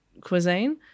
cuisine